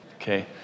okay